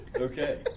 Okay